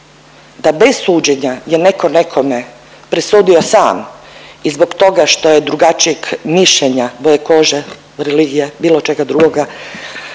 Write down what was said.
da bez suđenja je neko nekome presudio sam i zbog toga što je drugačijeg mišljenja, boje kože, religija, bilo čega drugoga,